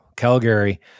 Calgary